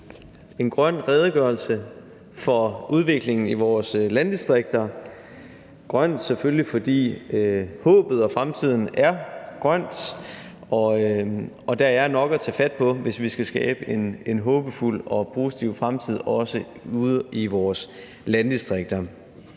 en grøn redegørelse for udviklingen i vores landdistrikter, grøn selvfølgelig, fordi håbet og fremtiden er grønne, og der er nok at tage fat på, hvis vi også skal skabe en håbefuld og positiv fremtid ude i vores landdistrikter.